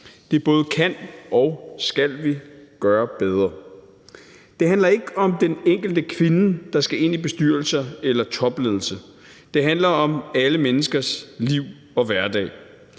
Det både kan og skal vi gøre bedre. Det handler ikke om den enkelte kvinde, der skal ind i bestyrelser eller topledelse. Det handler om alle menneskers liv og hverdag.